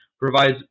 provides